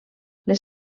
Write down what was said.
les